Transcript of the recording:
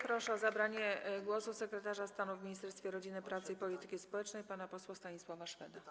Proszę o zabranie głosu sekretarza stanu w Ministerstwie Rodziny, Pracy i Polityki Społecznej pana Stanisława Szweda.